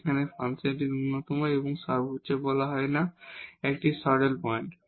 সেখানে ফাংশনটির মিনিমাম এবং মাক্সিমামকে বলা হয় স্যাডেল পয়েন্ট